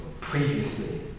previously